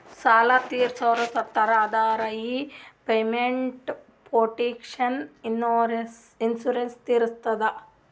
ಸಾಲಾ ತೀರ್ಸೋರು ಸತ್ತುರ್ ಅಂದುರ್ ಈ ಪೇಮೆಂಟ್ ಪ್ರೊಟೆಕ್ಷನ್ ಇನ್ಸೂರೆನ್ಸ್ ತೀರಸ್ತದ